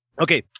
okay